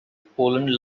poland